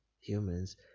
humans